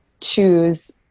choose